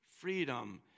freedom